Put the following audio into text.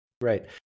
Right